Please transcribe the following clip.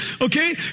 Okay